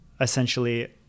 essentially